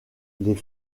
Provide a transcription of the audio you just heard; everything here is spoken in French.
les